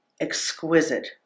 exquisite